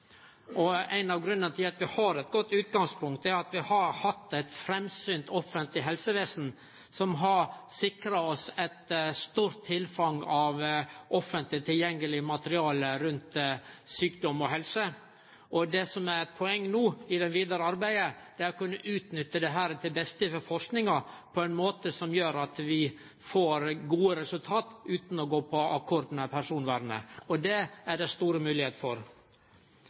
utgangspunkt. Ein av grunnane til at vi har eit godt utgangspunkt, er at vi har hatt eit framsynt offentleg helsevesen som har sikra oss eit stort tilfang av offentleg tilgjengeleg materiale rundt sjukdom og helse. Det som er eit poeng no i det vidare arbeidet, er å kunne utnytte dette til det beste for forskinga på ein måte som gjer at vi får gode resultat utan å gå på akkord med personvernet, og det er det store moglegheiter for.